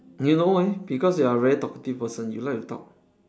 you know why because you are a very talkative person you like to talk